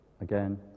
again